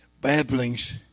babblings